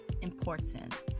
important